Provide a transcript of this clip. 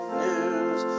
news